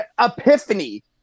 Epiphany